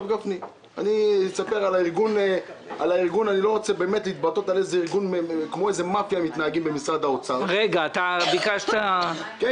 אני אספר על הארגון שמתנהל כמו מאפיה במשרד האוצר --- ינון,